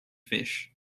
fish